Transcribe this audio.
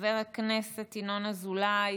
חבר הכנסת ינון אזולאי,